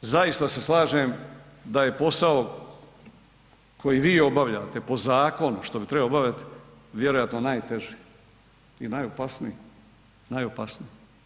Zaista se slažem da je posao koji vi obavljate zakon što bi trebao obavljati, vjerojatno najteži i najopasniji, najopasniji.